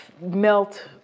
melt